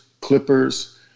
Clippers